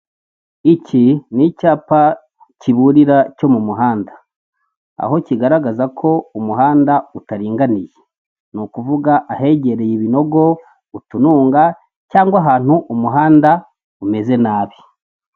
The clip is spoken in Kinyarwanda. Iki n'icyapa kiburira cyo mu muhanda, aho kigaragaza ko umuhanda utaringaniye, ni ukuvuga ahegereye ibinogo, utununga cyangwa ahantu umuhanda umeze nabi.